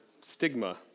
stigma